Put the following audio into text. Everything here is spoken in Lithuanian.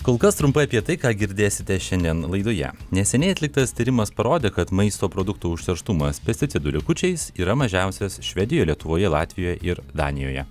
kol kas trumpai apie tai ką girdėsite šiandien laidoje neseniai atliktas tyrimas parodė kad maisto produktų užterštumas pesticidų likučiais yra mažiausias švedijoje lietuvoje latvijoje ir danijoje